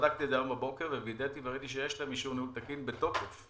בדקתי בבוקר ווידאתי וראיתי שיש להם אישור ניהול תקין בתוקף.